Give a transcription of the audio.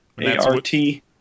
A-R-T